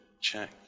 check